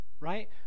right